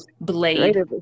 Blade